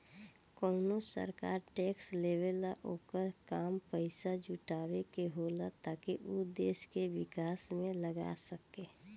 कवनो सरकार टैक्स लेवेला ओकर काम पइसा जुटावे के होला ताकि उ देश के विकास में लगा सके